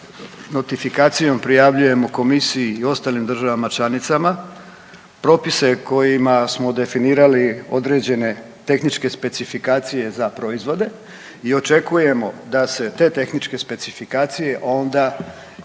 notifikacijom prijavljujemo komisiji i ostalim državama članica propise kojima smo definirali određene tehničke specifikacije za proizvode i očekujemo da se te tehničke specifikacije onda i i ovaj